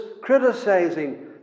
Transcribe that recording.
criticizing